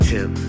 Tip